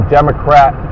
Democrat